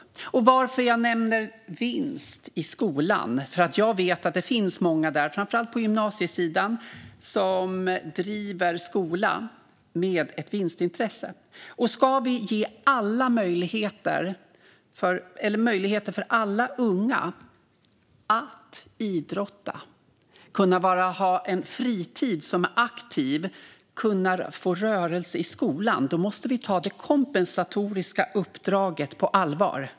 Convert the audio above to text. Anledningen till att jag nämner vinst i skolan är att jag vet att det finns många, framför allt på gymnasieskolan, som driver skola med ett vinstintresse. Om vi ska ge möjligheter för alla unga att idrotta, att ha en fritid som är aktiv och att få rörelse i skolan måste vi ta det kompensatoriska uppdraget på allvar.